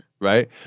right